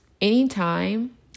Anytime